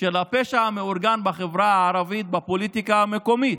של הפשע המאורגן בחברה הערבית בפוליטיקה המקומית,